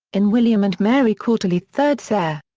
in william and mary quarterly third ser.